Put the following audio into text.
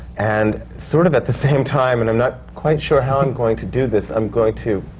and sort of at the same time, and i'm not quite sure how i'm going to do this, i'm going to